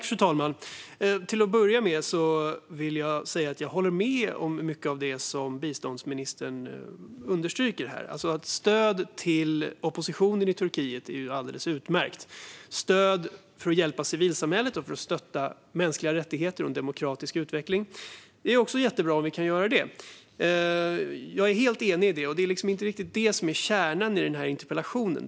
Fru talman! Till att börja med vill jag säga att jag håller med om mycket av det som biståndsministern understryker. Stöd till oppositionen i Turkiet är alldeles utmärkt. Stöd för att hjälpa civilsamhället och stötta mänskliga rättigheter och en demokratisk utveckling är också jättebra. Jag är helt enig med statsrådet om detta, och det är inte riktigt det som är kärnan i den här interpellationen.